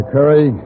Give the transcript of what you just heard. Curry